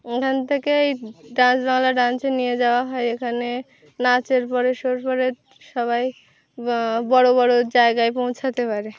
এখান থেকে এই ডান্স বাংলা ডান্সে নিয়ে যাওয়া হয় এখানে নাচের পরে শোর পরে সবাই বড়ো বড়ো জায়গায় পৌঁছাতে পারে